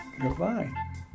goodbye